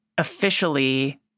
Officially